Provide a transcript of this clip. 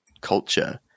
culture